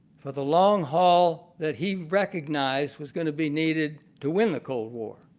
for the long haul that he recognized was going to be needed to win the cold war.